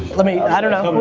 let me, i don't know.